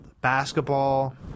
basketball